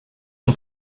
son